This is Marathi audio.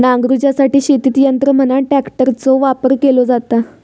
नांगरूच्यासाठी शेतीत यंत्र म्हणान ट्रॅक्टरचो वापर केलो जाता